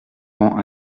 rends